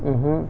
mmhmm